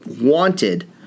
wanted